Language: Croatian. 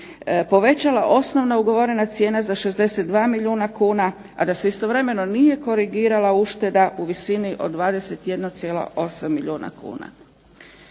povećala osnovna ugovorena cijena za 62 milijuna kuna, a da se istovremeno nije korigirala ušteda u visini od 21,8 milijuna kuna.